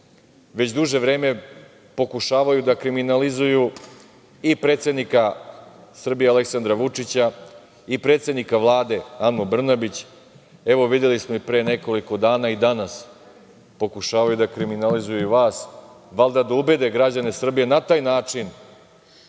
Već duže vreme pokušavaju da kriminalizuju i predsednika Srbije Aleksandra Vučića i predsednika Vlade Anu Brnabić. Evo, videli smo pre nekoliko dana i danas, pokušavaju da kriminalizuju i vas, valjda da ubede građane Srbije na taj način